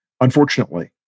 unfortunately